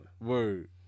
Word